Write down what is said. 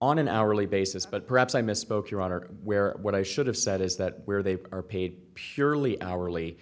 on an hourly basis but perhaps i misspoke your order where what i should have said is that where they are paid purely hourly